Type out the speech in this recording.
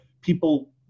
people